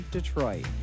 Detroit